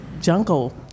jungle